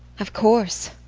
of course.